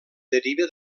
deriva